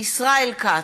ישראל כץ,